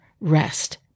rest